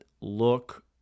look